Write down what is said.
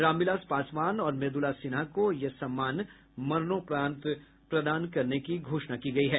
रामविलास पासवान और मृदुला सिन्हा को यह सम्मान मरणोपरांत प्रदान करने की घोषणा की गयी है